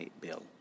Bill